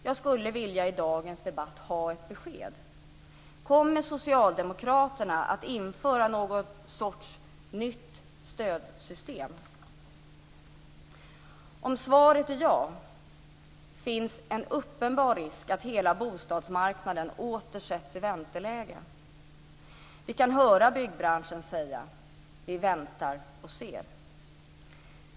Jag skulle i dagens debatt vilja ha ett besked: Kommer socialdemokraterna att införa någon sorts nytt stödsystem? Om svaret är ja, finns det en uppenbar risk att hela bostadsmarknaden åter sätts i vänteläge. Vi kan höra hur man inom byggbranschen säger: Vi väntar och ser.